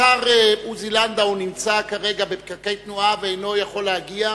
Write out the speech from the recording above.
השר עוזי לנדאו כרגע בפקקי תנועה ואינו יכול להגיע.